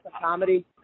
comedy